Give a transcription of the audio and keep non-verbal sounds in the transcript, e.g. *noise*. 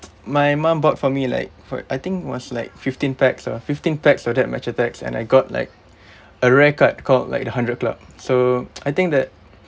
*noise* my mom bought for me like for I think was like fifteen packs lah fifteen packs of that match attacks and I got like *breath* a rare card called like the hundred club so *noise* I think that